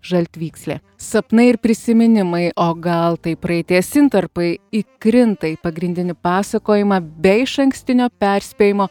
žaltvykslė sapnai ir prisiminimai o gal tai praeities intarpai įkrinta į pagrindinį pasakojimą be išankstinio perspėjimo